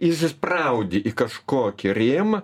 įsispraudi į kažkokį rėmą